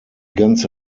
ganze